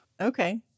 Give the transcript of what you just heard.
Okay